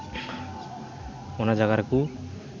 ᱚᱱᱟ ᱡᱟᱭᱜᱟ ᱨᱮᱠᱚ